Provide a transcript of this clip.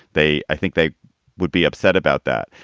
they think they would be upset about that.